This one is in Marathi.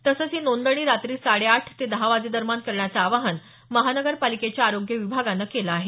तसंच ही नोंदणी रात्री साडे आठ ते दहा वाजेदरम्यान करण्याचं आवाहन महानगर पालिकेच्या आरोग्य विभागानं केलं आहे